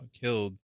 killed